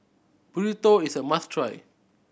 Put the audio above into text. burrito is a must try